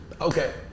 Okay